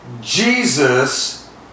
Jesus